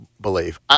believe